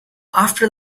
after